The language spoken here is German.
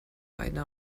einer